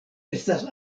estas